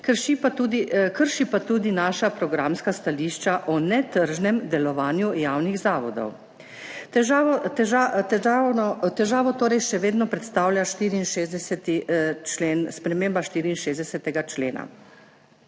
krši pa tudi naša programska stališča o netržnem delovanju javnih zavodov. Težavo torej še vedno predstavlja sprememba 64. člena.